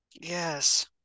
Yes